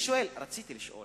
רציתי לשאול: